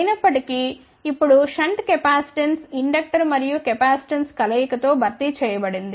అయినప్పటి కీఇప్పుడు shunt capacitance inductor మరియు కెపాసిటెన్స్ కలయిక తో భర్తీ చేయబడింది